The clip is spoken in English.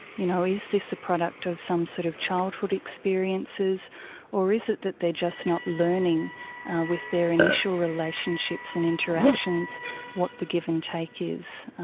you know, is this a product of some sort of childhood experiences or is it that they're just not learning with their initial relationships and interactions what the give and take is?